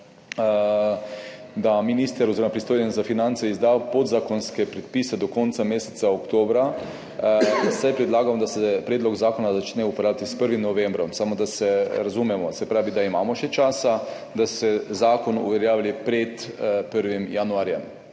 da minister, pristojen za finance, izda podzakonske predpise do konca meseca oktobra. Predlagamo, da se predlog zakona začne uporablajti s 1. novembrom. Samo da se razumemo, se pravi, da imamo še čas, da se zakon uveljavi pred 1. januarjem.